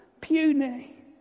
Puny